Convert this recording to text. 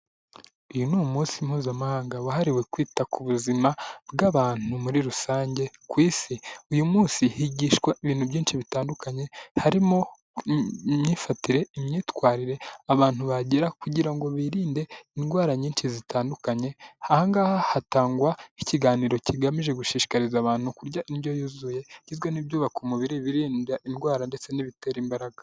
Uyu ni umunsi mpuzamahanga wahariwe kwita ku buzima bw'abantu muri rusange ku isi, uyu munsi higishwa ibintu byinshi bitandukanye, harimo imyifatire, imyitwarire abantu bagera kugira ngo birinde indwara nyinshi zitandukanye, ahangaha hatangwa ikiganiro kigamije gushishikariza abantu kurya indyo yuzuye, igizwe n'ibyubaka umubiri, ibirinda indwara ndetse n'ibitera imbaraga.